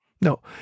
No